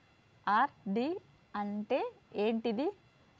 RD అంటే ఏంటిది?